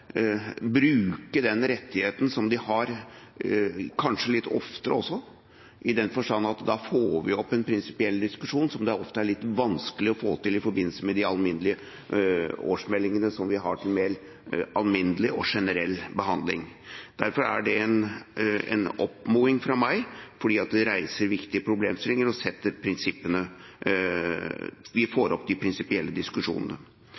bruke den rettigheten som de har, kanskje litt oftere også, i den forstand at vi da får opp en prinsipiell diskusjon som det ofte er litt vanskelig å få til i forbindelse med de alminnelige årsmeldingene som vi har til mer alminnelig og generell behandling. Derfor er det en oppmoding fra meg fordi det reiser viktige problemstillinger, og vi får opp de prinsipielle diskusjonene.